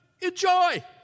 enjoy